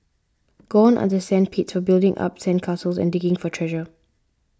gone are the sand pits of building up sand castles and digging for treasure